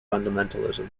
fundamentalism